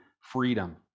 freedom